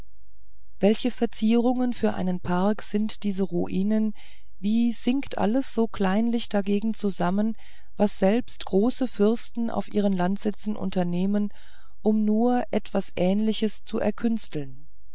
welche verzierungen für einen park sind diese ruinen wie sinkt alles so kleinlich dagegen zusammen was selbst große fürsten auf ihren landsitzen unternehmen um nur etwas ähnliches zu